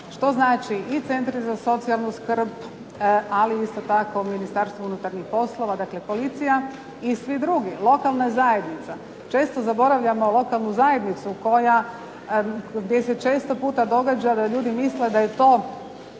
što znači i centri za socijalnu skrb, ali isto tako Ministarstvo unutarnjih poslova, dakle policija i svi drugi, lokalna zajednica. Često zaboravljamo lokalnu zajednicu koja, gdje se često puta događa da ljudi misle da je to